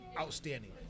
Outstanding